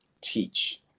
teach